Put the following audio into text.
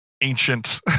ancient